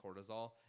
cortisol